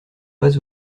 pas